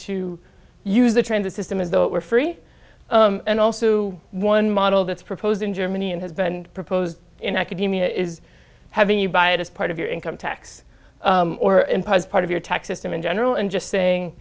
to use the transit system as though it were free and also to one model this proposed in germany and has been proposed in academia is having you buy it as part of your income tax or impose part of your tax system in general and just saying